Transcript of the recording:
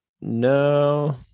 no